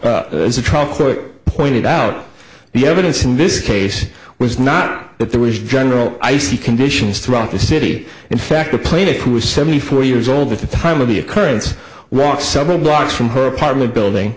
is a trial court pointed out the evidence in this case was not that there was general icy conditions throughout the city in fact the plaited who was seventy four years old at the time of the occurrence walked several blocks from her apartment building